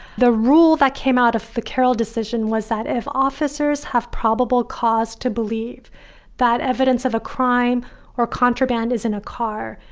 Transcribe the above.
the rule that came out of the carroll decision was that if officers have probable cause to believe that evidence of a crime or contraband is in a car,